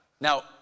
Now